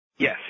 Yes